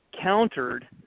countered